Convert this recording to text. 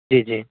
جی جی